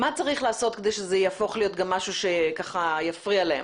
מה צריך לעשות כדי שזה יהפוך להיות גם משהו שככה יפריע להם?